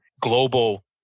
global